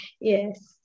yes